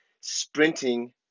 Sprinting